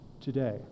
today